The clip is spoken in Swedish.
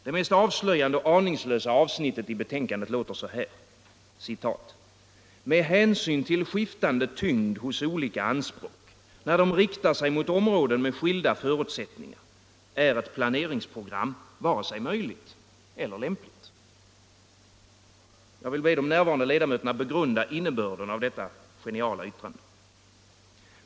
Det mest avslöjande och aningslösa avsnittet i betänkandet låter så här: ”Med hänsyn till skiftande tyngd hos olika anspråk när de riktar sig mot områden med skilda förutsättningar är ett planeringsprogram ——=- vare sig möjligt eller lämpligt.” Jag ber de närvarande kammarledamöterna begrunda innebörden av detta geniala yttrande.